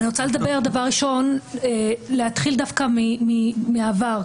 דבר ראשון, אני רוצה להתחיל דווקא מהעבר.